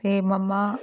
ਅਤੇ ਮੰਮਾ